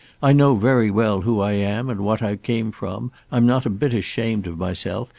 i know very well who i am, and what i came from. i'm not a bit ashamed of myself,